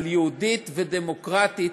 על יהודית ודמוקרטית,